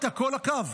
במשך כל הקו,